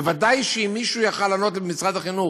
בוודאי שאם מישהו יכול היה לענות במשרד החינוך: